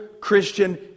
Christian